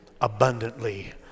abundantly